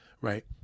right